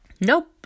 Nope